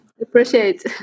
appreciate